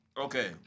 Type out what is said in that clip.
Okay